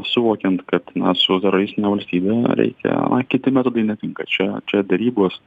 suvokiant kad na su teroristine valstybe reikia na kiti metodai tinka čia čia derybos